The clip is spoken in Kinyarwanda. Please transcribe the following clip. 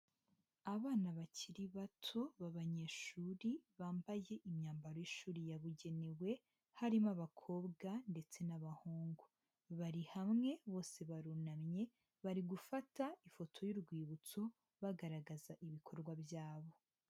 Abana bakiri bato b'abanyeshuri bambaye imyambaro y'ishuri yabugenewe, harimo abakobwa ndetse n'abahungu, bari hamwe bose barunamye bari gufata ifoto y'urwibutso bagaragaza ibikorwa byabo.